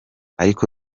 ariko